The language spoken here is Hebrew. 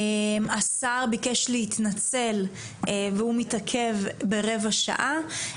השר ביקש להתנצל, והוא מתעכב ברבע שעה.